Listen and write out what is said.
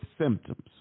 symptoms